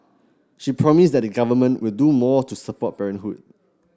she promised that the Government will do more to support parenthood